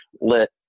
lit